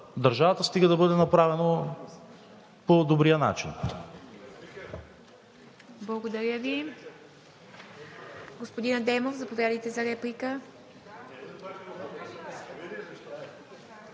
държавата, стига да бъде направено по добрия начин.